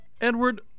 Edward